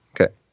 Okay